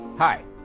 Hi